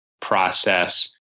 process